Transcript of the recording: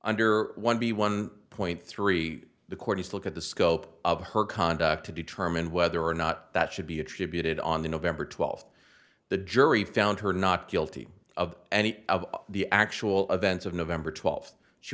under one b one point three the court has look at the scope of her conduct to determine whether or not that should be attributed on the november twelfth the jury found her not guilty of any of the actual events of november twelfth she